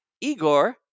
Igor